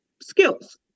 skills